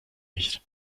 nicht